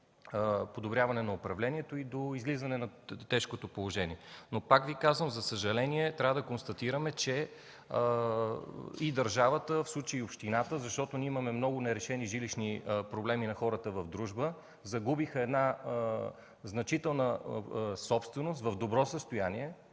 до подобряване на управлението и до излизане от тежкото положение. Но, пак Ви казвам, за съжаление, трябва да констатираме, че държавата, в случая и общината, защото имаме много нерешени жилищни проблеми на хората в „Дружба”, загубиха една значителна собственост в добро състояние